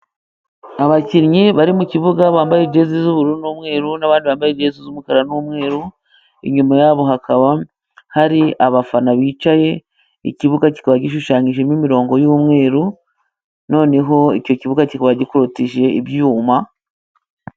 Abakinnyi bari mu kibuga, bambaye ijezi z'ubururu n'umweru, n'abandi bambaye ijezi z'umukara n'umweru, inyuma yabo hakaba hari abafana bicaye, ikibuga kikaba gishushanyijemo imirongo y'umweru, noneho icyo kibuga, kikaba gikorotijwe ibyuma.